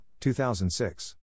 2006